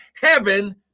heaven